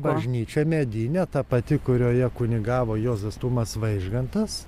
bažnyčia medinė ta pati kurioje kunigavo juozas tumas vaižgantas